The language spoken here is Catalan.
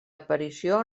aparició